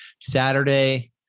Saturday